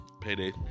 Payday